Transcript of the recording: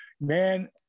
man